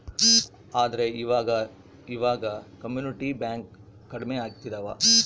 ಆದ್ರೆ ಈವಾಗ ಇವಾಗ ಕಮ್ಯುನಿಟಿ ಬ್ಯಾಂಕ್ ಕಡ್ಮೆ ಆಗ್ತಿದವ